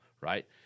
right